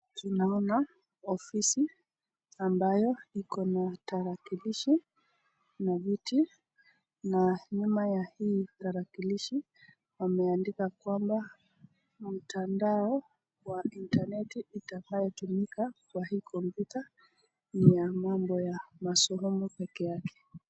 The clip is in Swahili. Tunaona ofisi ambayo iko na tarakilishi na viti. Na nyuma ya hii tarakilishi wameandika kwamba mtandao wa interneti itakayo tumika kwa hii computer ni ya mambo ya masono peke yake.